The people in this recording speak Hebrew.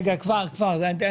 רגע, כבר, כבר.